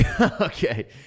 Okay